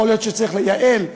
יכול להיות שצריך לייעל,